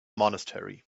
monastery